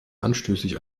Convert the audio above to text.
anstößig